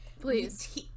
please